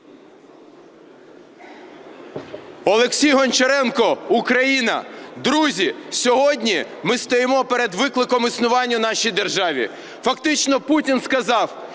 Олексій Горчаренко, Україна. Друзі, сьогодні ми стоїмо перед викликом існування нашої держави. Фактично Путін сказав: